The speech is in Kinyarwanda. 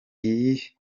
gihe